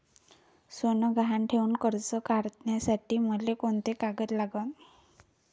सोनं गहान ठेऊन कर्ज काढासाठी मले कोंते कागद लागन?